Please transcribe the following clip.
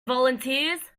volunteers